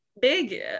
Big